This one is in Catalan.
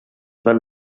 van